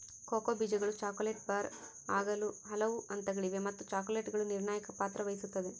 cocoa ಬೀಜಗಳು chocolate bar ಆಗಲು ಹಲವು ಹಂತಗಳಿವೆ ಮತ್ತು ಚಾಕೊಲೇಟರ್ ನಿರ್ಣಾಯಕ ಪಾತ್ರ ವಹಿಸುತ್ತದ